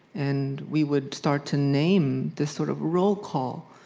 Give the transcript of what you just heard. and we would start to name the sort of roll call,